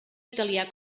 italià